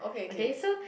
okay so